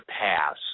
pass